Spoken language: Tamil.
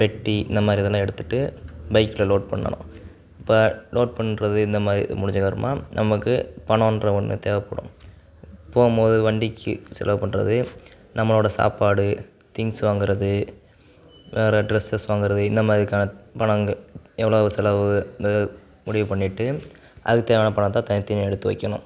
பெட்டி இந்தமாதிரி இதல்லாம் எடுத்துட்டு பைக்கில் லோட் பண்ணணும் இப்போ லோட் பண்ணுறது இந்த மாதிரி முடிஞ்சதுக்கப்பறமா நமக்கு பணன்ற ஒன்று தேவைப்படும் போகும் போது வண்டிக்கு செலவு பண்ணுறது நம்மளோடய சாப்பாடு திங்க்ஸ் வாங்குறது வேறு ட்ரெஸ்ஸஸ் வாங்குறது இந்தமாதிரிக்கான பணங்க எவ்வளவு செலவு இந்ததை முடிவு பண்ணிவிட்டு அதுக்குத் தேவையான பணத்தை தனித்தனியாக எடுத்து வைக்கணும்